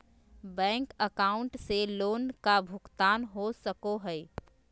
Bank account से loan का भुगतान हो सको हई?